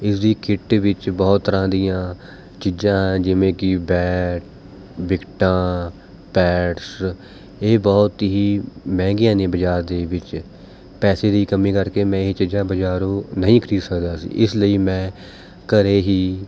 ਇਸ ਦੀ ਕਿੱਟ ਵਿੱਚ ਬਹੁਤ ਤਰ੍ਹਾਂ ਦੀਆਂ ਚੀਜ਼ਾਂ ਹੈ ਜਿਵੇਂ ਕਿ ਬੈਟ ਵਿਕਟਾਂ ਪੈਡਸ ਇਹ ਬਹੁਤ ਹੀ ਮਹਿੰਗੀਆਂ ਨੇ ਬਜ਼ਾਰ ਦੇ ਵਿੱਚ ਪੈਸੇ ਦੀ ਕਮੀ ਕਰਕੇ ਮੈਂ ਇਹ ਚੀਜ਼ਾਂ ਬਜ਼ਾਰੋਂ ਨਹੀਂ ਖਰੀਦ ਸਕਦਾ ਸੀ ਇਸ ਲਈ ਮੈਂ ਘਰੇ ਹੀ